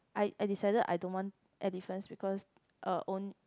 I I decided I don't want elephants because uh own